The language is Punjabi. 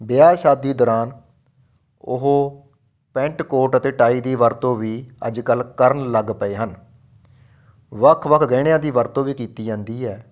ਵਿਆਹ ਸ਼ਾਦੀ ਦੌਰਾਨ ਉਹ ਪੈਂਟ ਕੋਟ ਅਤੇ ਟਾਈ ਦੀ ਵਰਤੋਂ ਵੀ ਅੱਜ ਕੱਲ੍ਹ ਕਰਨ ਲੱਗ ਪਏ ਹਨ ਵੱਖ ਵੱਖ ਗਹਿਣਿਆਂ ਦੀ ਵਰਤੋਂ ਵੀ ਕੀਤੀ ਜਾਂਦੀ ਹੈ